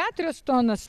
keturias tonas